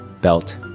Belt